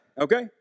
Okay